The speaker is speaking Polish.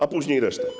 A później reszta.